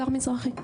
מזרחי.